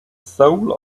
soul